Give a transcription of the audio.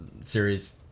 series